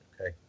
okay